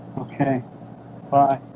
ok bye